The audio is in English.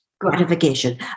Gratification